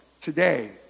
today